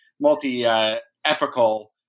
multi-epical